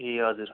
ए हजुर